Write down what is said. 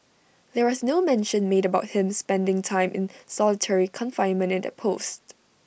there was no mention made about him spending time in solitary confinement in that post